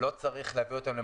אני לא חושב שהבנת מה שאמרתי.